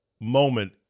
moment